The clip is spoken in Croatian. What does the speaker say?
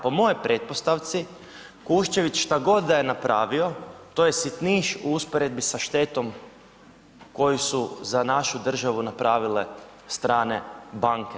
Po mojoj pretpostavci Kuščević šta god da je napravio to je sitniš u usporedbi sa štetom koju su za našu državu napravile strane banke.